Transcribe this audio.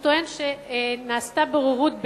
הוא טוען שנעשתה בוררות בעניינו,